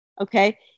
Okay